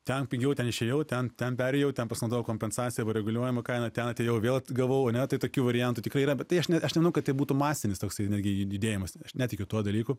ten pigiau ten išėjau ten ten perėjau ten pasinaudojau kompensacija arba reguliuojama kaina ten atėjau vėl gavau ane tai tokių variantų tikrai yra bet tai aš ne aš nemanau kad tai būtų masinis toksai netgi didėjimas aš netikiu tuo dalyku